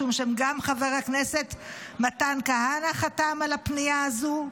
משום שגם חבר הכנסת מתן כהנא חתם על הפנייה הזו,